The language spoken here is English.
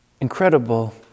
incredible